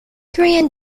korean